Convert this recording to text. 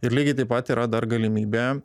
ir lygiai taip pat yra dar galimybė